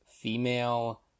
female